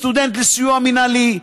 סטודנט לסיוע מינהלי.